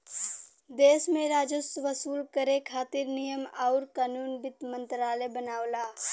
देश में राजस्व वसूल करे खातिर नियम आउर कानून वित्त मंत्रालय बनावला